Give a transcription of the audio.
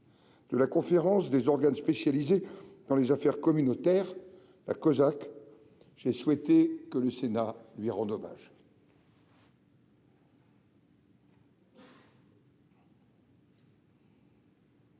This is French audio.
de la Conférence des organes spécialisés dans les affaires communautaires (Cosac), j'ai souhaité que le Sénat lui rende hommage.